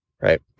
right